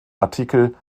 artikel